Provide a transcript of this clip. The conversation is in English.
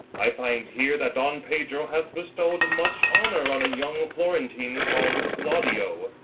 i find here that don pedro hath bestowed much honour on a young florentine called claudio.